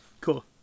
Cool